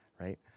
Right